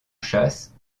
chasse